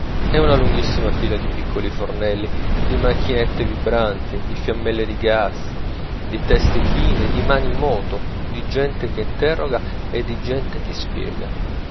è una lunghissima fila di piccoli fornelli di macchinette vibranti di fiammelle di gaz di teste chine di mani in moto di gente che interroga e di gente che spiega